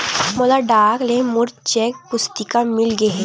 मोला डाक ले मोर चेक पुस्तिका मिल गे हे